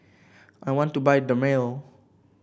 I want to buy Dermale